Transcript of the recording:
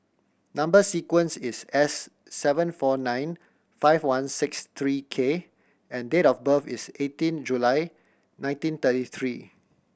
number sequence is S seven four nine five one six three K and date of birth is eighteen July nineteen thirty three